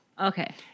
Okay